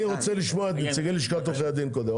אני רוצה קודם לשמוע את נציגי לשכת עורכי-הדין.